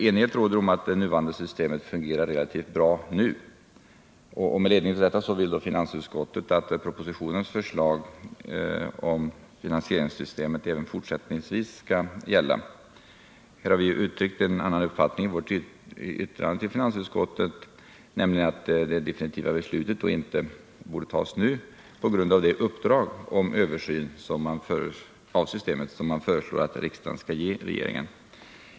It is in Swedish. Enighet råder om att det nuvarande systemet fungerar relativt bra nu, och med ledning av detta vill finansutskottet att propositionens förslag om finansieringssystemet även fortsättningsvis skall gälla. Här har civilutskottet uttryckt en annan uppfattning i yttrandet till finansutskottet, nämligen att det definitiva beslutet inte borde tas nu på grund av det uppdrag om översyn av systemet som man föreslår att riksdagen skall ge regeringen.